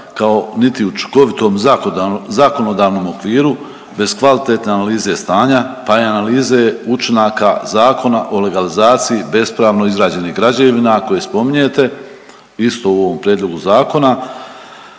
kao niti učinkovitom zakonodavnom okviru bez kvalitetne analize stanja, pa i analize učinaka Zakona o legalizaciji bespravno izgrađenih građevina koje spominjete isto u ovom prijedlogu zakona,